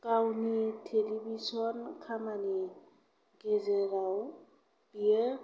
गावनि टेलिभिसन खामानि गेजेराव बियो